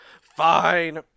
fine